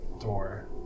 door